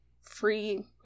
free